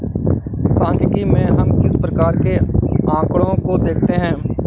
सांख्यिकी में हम किस प्रकार के आकड़ों को देखते हैं?